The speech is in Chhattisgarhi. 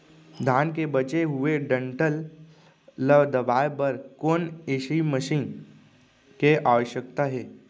धान के बचे हुए डंठल ल दबाये बर कोन एसई मशीन के आवश्यकता हे?